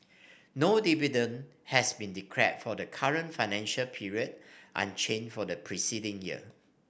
no dividend has been declared for the current financial period unchanged from the preceding year